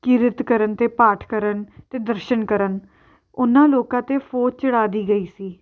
ਕਿਰਤ ਕਰਨ ਅਤੇ ਪਾਠ ਕਰਨ ਅਤੇ ਦਰਸ਼ਨ ਕਰਨ ਉਹਨਾਂ ਲੋਕਾਂ 'ਤੇ ਫੌਜ ਚੜ੍ਹਾ ਦੀ ਗਈ ਸੀ